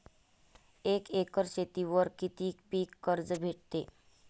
एक एकर शेतीवर किती पीक कर्ज भेटते?